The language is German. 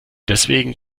deswegen